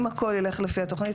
אם הכול ילך לפי התכנית,